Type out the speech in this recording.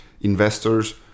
investors